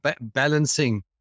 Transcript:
balancing